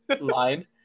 line